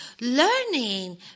learning